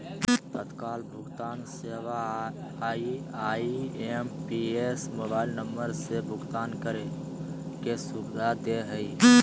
तत्काल भुगतान सेवा या आई.एम.पी.एस मोबाइल नम्बर से भुगतान करे के सुविधा दे हय